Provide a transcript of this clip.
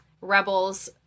Rebels